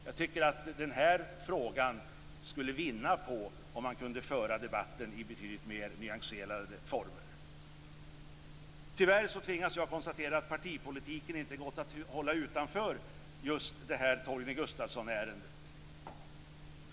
Jag tycker att den här frågan skulle vinna på att man kunde föra debatten i betydligt mer nyanserade former. Tyvärr tvingas jag konstatera att partipolitiken inte gått att hålla utanför just Torgny Gustafssonärendet.